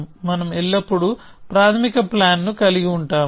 మనం ఎల్లప్పుడూ ప్రాథమిక ప్లాన్ ను కలిగి ఉంటాము